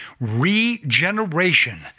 regeneration